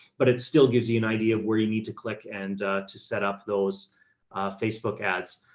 but it still gives you an idea of where you need to click and to set up those facebook ads.